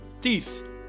teeth